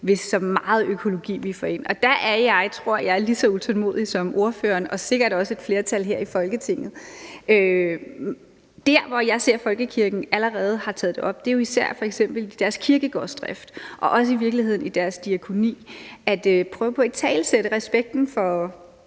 hvis det er meget økologi, vi får ind, og der er jeg, tror jeg, lige så utålmodig som ordføreren og sikkert også et flertal her i Folketinget. Der, hvor jeg ser at folkekirken allerede har taget det op, er jo f.eks. især i forbindelse med deres kirkegårdsdrift og i virkeligheden også i deres diakoni at prøve på at italesætte respekten for,